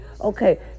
Okay